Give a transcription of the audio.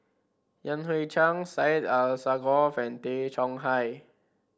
Yan Hui Chang Syed Alsagoff and Tay Chong Hai